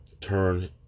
turn